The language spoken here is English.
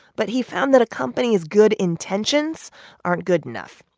but he found that a company's good intentions aren't good enough.